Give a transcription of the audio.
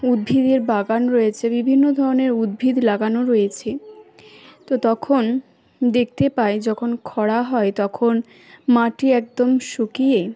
উদ্ভিদের বাগান রয়েছে বিভিন্ন ধরনের উদ্ভিদ লাগানো রয়েছে তো তখন দেখতে পাই যখন খরা হয় তখন মাটি একদম শুকিয়ে